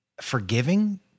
forgiving